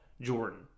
Jordan